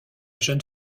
jeune